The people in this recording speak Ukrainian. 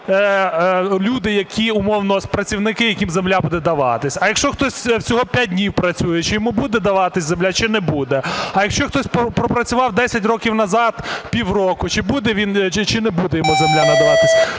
люди, які умовно, працівники, яким земля буде даватися? А якщо хтось всього 5 днів працює, чи йому буде даватись земля чи не буде? А якщо хтось пропрацював 10 років назад півроку, чи буде чи не буде йому земля надаватись?